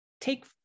take